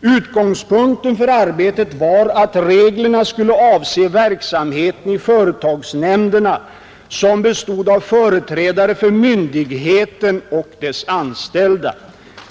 Utgångspunkten för arbetet var att reglerna skulle avse verksamheten i företagsnämnderna som bestod av företrädare för myndigheten och dess anställda.